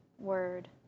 word